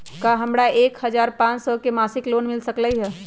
का हमरा के एक हजार पाँच सौ के मासिक लोन मिल सकलई ह?